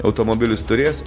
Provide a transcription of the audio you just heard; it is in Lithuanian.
automobilis turės